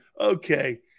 okay